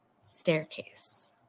staircase